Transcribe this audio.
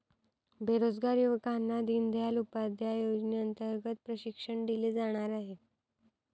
बेरोजगार युवकांना दीनदयाल उपाध्याय योजनेअंतर्गत प्रशिक्षण दिले जाणार आहे